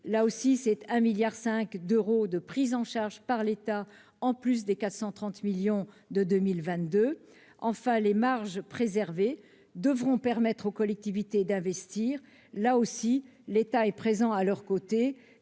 une aide de 1,5 milliard d'euros assumée par l'État, en plus des 430 millions d'euros de 2022. Enfin, les marges préservées devront permettre aux collectivités d'investir. Là aussi, l'État est présent à leurs côtés